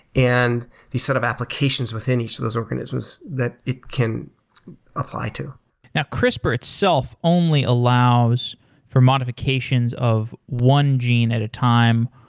and these set of applications within each of those organisms that it can apply to crispr itself only allows for modifications of one gene at a time,